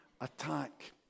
attack